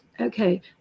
okay